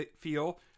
feel